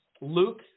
Luke